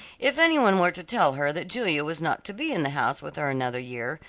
if any one were to tell her that julia was not to be in the house with her another year,